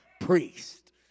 priest